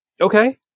Okay